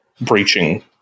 breaching